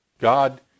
God